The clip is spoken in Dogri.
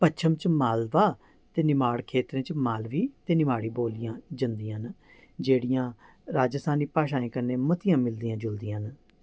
पच्छम च मालवा ते निमाड़ खेतरें च मालवी ते निमाड़ी बोल्ली जंदियां न जेह्ड़ियां राजस्थानी भाशाएं कन्नै मतियां मिलदियां जुलदियां न